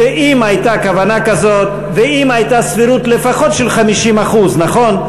שאם הייתה כוונה כזאת ואם הייתה סבירות לפחות של 50% נכון?